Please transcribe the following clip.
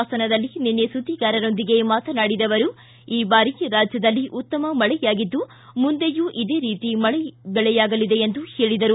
ಹಾಸನದಲ್ಲಿ ನಿನ್ನೆ ಸುದ್ಗಿಗಾರರೊಂದಿಗೆ ಮಾತನಾಡಿದ ಅವರು ಈ ಬಾರಿ ರಾಜ್ಯದಲ್ಲಿ ಉತ್ತಮ ಮಳೆಯಾಗಿದ್ದು ಮುಂದೆಯೂ ಇದೇ ರೀತಿ ಮಳೆ ಬೆಳೆಯಾಗಲಿ ಎಂದು ತಿಳಿಸಿದರು